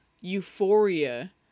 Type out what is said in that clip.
euphoria